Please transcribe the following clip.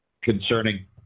concerning